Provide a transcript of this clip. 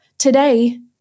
Today